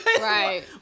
Right